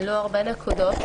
עלו הרבה נקודות.